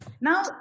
Now